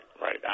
right